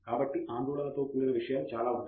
కాబట్టి ఆందోళనతో కూడిన చాలా విషయాలు ఉన్నాయి